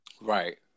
Right